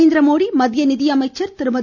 நரேந்திரமோடி மத்திய நிதியமைச்சர் திருமதி